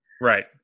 Right